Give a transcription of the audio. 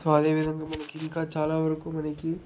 so అదేవిధంగా మనకి ఇంకా చాల వరకు మనకి